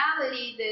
reality